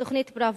תוכנית פראוור,